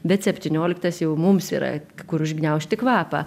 bet septynioliktas jau mums yra kur užgniaužti kvapą